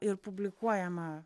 ir publikuojama